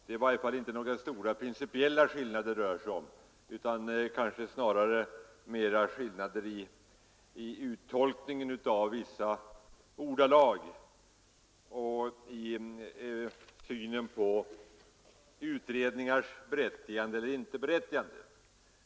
Det är inga stora principiella skillnader det rör sig om utan snarare skillnader i uttolkningen av vissa ordalag och i synen på utredningars berättigande eller inte berättigande.